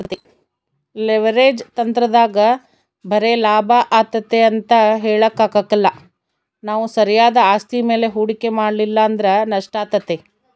leverage ತಂತ್ರದಾಗ ಬರೆ ಲಾಭ ಆತತೆ ಅಂತ ಹೇಳಕಾಕ್ಕಲ್ಲ ನಾವು ಸರಿಯಾದ ಆಸ್ತಿ ಮೇಲೆ ಹೂಡಿಕೆ ಮಾಡಲಿಲ್ಲಂದ್ರ ನಷ್ಟಾತತೆ